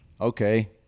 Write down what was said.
okay